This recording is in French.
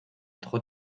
trop